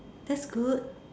that's good